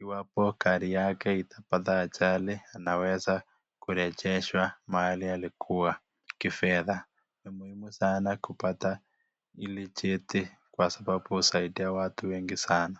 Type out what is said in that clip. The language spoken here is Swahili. iwapo gari yake itapata ajali, anaweza kurejeshwa mahali alikuwa kifedha. Ni muhimu sana kupata hili cheti kwa sababu husaidia watu wengi sana.